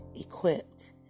equipped